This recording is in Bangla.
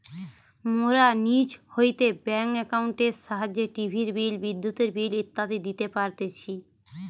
মোরা নিজ হইতে ব্যাঙ্ক একাউন্টের সাহায্যে টিভির বিল, বিদ্যুতের বিল ইত্যাদি দিতে পারতেছি